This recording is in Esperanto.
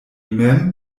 mem